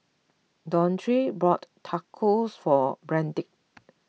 Dondre bought Tacos for Brandt